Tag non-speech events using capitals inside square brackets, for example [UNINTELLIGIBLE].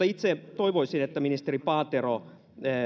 [UNINTELLIGIBLE] itse toivoisin että ministeri paatero